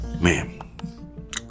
Man